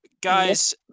Guys